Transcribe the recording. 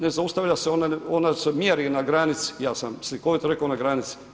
Ne zaustavlja se, ona se mjeri na granici, ja sam slikovito rekao na granici.